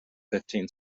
fifteen